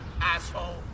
Asshole